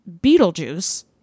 Beetlejuice